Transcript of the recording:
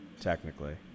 technically